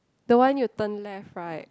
the one you turn left right